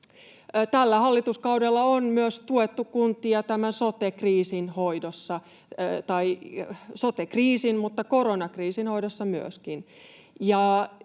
Tällä hallituskaudella on myös tuettu kuntia sote-kriisin ja myöskin koronakriisin hoidossa.